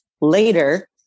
later